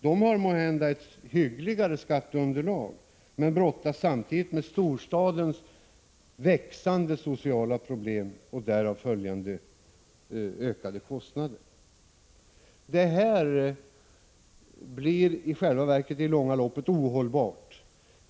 De har måhända ett hyggligare skatteunderlag men brottas samtidigt med storstadens växande sociala problem och därav följande ökade kostnader. Det här blir i själva verket i det långa loppet ohållbart.